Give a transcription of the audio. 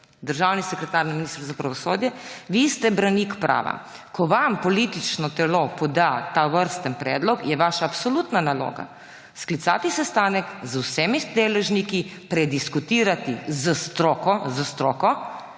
državni sekretar na Ministrstvu za pravosodje, ste branik prava. Ko vam politično telo poda tovrsten predlog, je vaša absolutna naloga sklicati sestanek z vsemi deležniki, prediskutirati s stroko